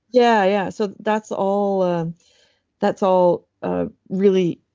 yeah. yeah. so, that's all ah that's all ah really,